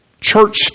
church